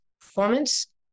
performance